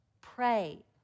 Pray